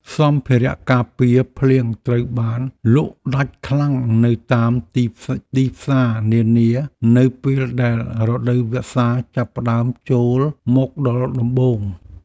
សម្ភារៈការពារភ្លៀងត្រូវបានលក់ដាច់ខ្លាំងនៅតាមទីផ្សារនានានៅពេលដែលរដូវវស្សាចាប់ផ្តើមចូលមកដល់ដំបូង។